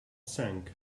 sank